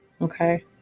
Okay